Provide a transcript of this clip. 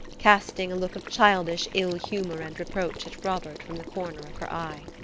casting a look of childish ill humor and reproach at robert from the corner of her eye.